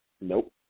Nope